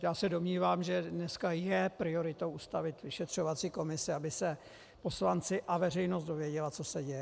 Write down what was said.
Já se domnívám, že dneska je prioritou ustavit vyšetřovací komisi, aby se poslanci a veřejnost dozvěděli, co se děje.